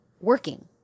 working